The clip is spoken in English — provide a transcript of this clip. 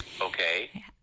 Okay